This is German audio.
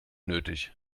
nötig